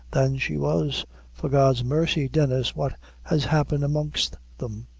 than she was for god's mercy, dennis, what has happened amongst them?